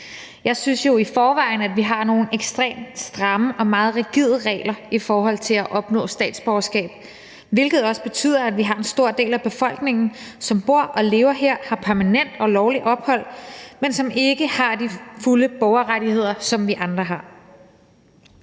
Jeg synes jo i forvejen, at vi har nogle ekstremt stramme og meget rigide regler for at opnå statsborgerskab, hvilket også betyder, at vi har en stor del, som bor og lever her, har permanent og lovligt ophold, men som ikke har de fulde borgerrettigheder, som vi andre har.